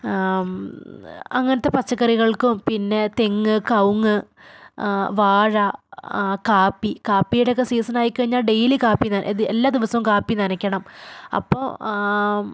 അങ്ങനത്തെ പച്ചക്കറികൾക്കും പിന്നെ തെങ്ങ് കവുങ്ങ് വാഴ കാപ്പി കാപ്പിയുടെയൊക്കെ സീസൺ ആയിക്കഴിഞ്ഞാൽ ഡെയിലി കാപ്പി ഇത് എല്ലാ ദിവസവും കാപ്പി നനയ്ക്കണം അപ്പോൾ